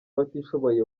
abatishoboye